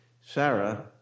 Sarah